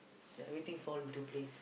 then everything fall into place